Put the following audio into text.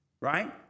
right